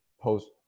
Post